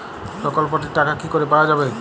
প্রকল্পটি র টাকা কি করে পাওয়া যাবে?